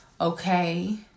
okay